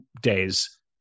days